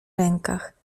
rękach